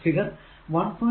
figure 1